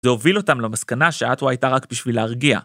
זה הוביל אותם למסקנה שאתו הייתה רק בשביל להרגיע.